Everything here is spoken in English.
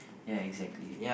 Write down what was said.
ya exactly